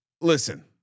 Listen